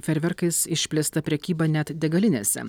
fejerverkais išplėsta prekyba net degalinėse